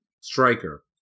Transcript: striker